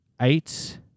Eight